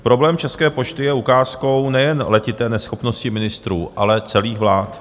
Problém České pošty je ukázkou nejen letité neschopnosti ministrů, ale celých vlád.